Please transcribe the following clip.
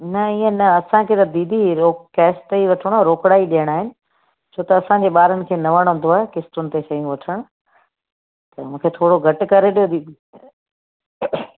न ईअं न असांखे त दीदी रोक कैश ते ई वठिणो आहे रोकड़ा ई ॾियणा आहिनि छो त असांजे ॿारनि खे न वणंदो आहे क़िस्तुनि ते शयूं वठणु त मूंखे थोरो घटि करे ॾियो दीदी